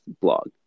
blog